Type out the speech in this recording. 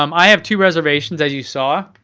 um i have two reservations, as you saw.